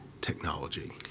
technology